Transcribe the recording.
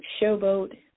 showboat